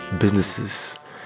businesses